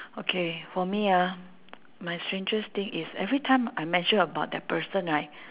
okay for me ah my strangest thing is every time I mention about that person right